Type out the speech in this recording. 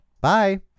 Bye